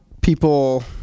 people